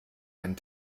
einen